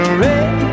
red